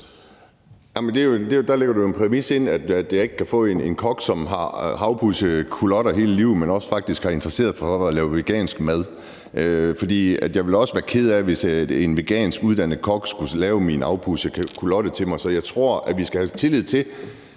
spørgeren jo den præmis ind, at jeg ikke kan få en kok, som har afpudset culotter hele livet, og som faktisk også har interesseret sig for at lave vegansk mad. Jeg ville også være ked af, hvis en vegansk uddannet kok skulle lave min afpudsede culotte til mig. Så jeg tror, at vi skal have tillid til,